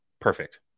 perfect